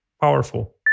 powerful